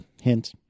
Hint